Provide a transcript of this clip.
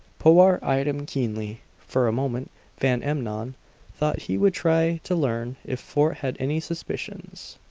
powart eyed him keenly. for a moment van emmon thought he would try to learn if fort had any suspicions.